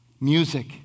Music